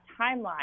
timeline